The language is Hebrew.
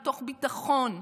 מתוך ביטחון,